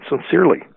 Sincerely